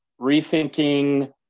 Rethinking